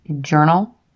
journal